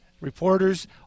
reporters